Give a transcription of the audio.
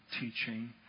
teaching